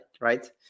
right